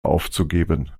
aufzugeben